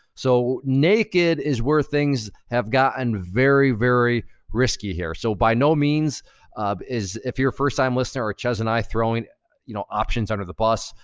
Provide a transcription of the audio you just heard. so naked is where things have gotten and very very risky here. so by no means um is, if you're a first-time listener or chezz and i throwing you know options under the bus,